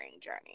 journey